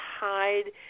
hide